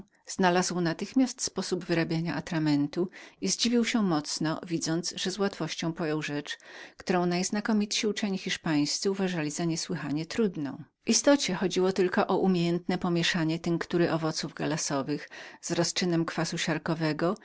znalazł natychmiast sposób wyrabiania atramentu i zdziwił się mocno widząc że od razu pojął rzecz którą najznakomitsi uczeni hiszpańscy uważali za niesłychanie trudną w istocie chodziło tylko o umiejętne pomieszanie tynktury owoców gallasowych z rozczynem kwasu siarkowego